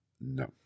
No